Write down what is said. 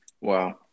Wow